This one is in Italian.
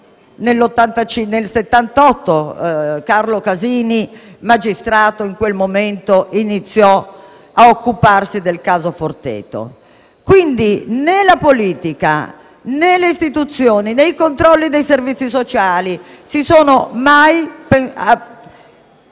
nel 1978 (Carlo Casini, magistrato in quel momento, iniziò a occuparsi del caso). Pertanto, né la politica, né le istituzioni, né i controlli dei servizi sociali si sono mai prese in